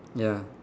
ya